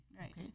Right